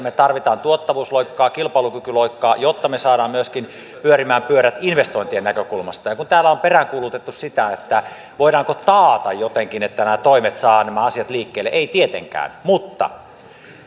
me tarvitsemme tuottavuusloikkaa kilpailukykyloikkaa jotta me saamme myöskin pyörät pyörimään investointien näkökulmasta ja kun täällä on peräänkuulutettu sitä voidaanko taata jotenkin että nämä toimet saavat nämä asiat liikkeelle niin ei tietenkään mutta